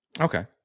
Okay